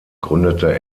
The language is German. gründete